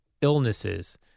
illnesses